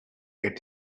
get